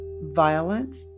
violence